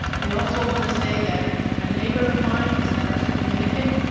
i also want to say that a neighbor of mine is a nurse at dominican.